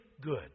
good